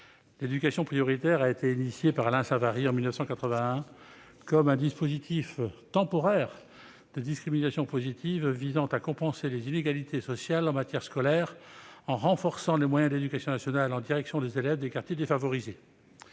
l'éducation prioritaire était conçue comme un dispositif temporaire de discrimination positive visant à compenser les inégalités sociales en matière scolaire, en renforçant les moyens de l'éducation nationale en direction des élèves des quartiers défavorisés.